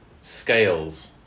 scales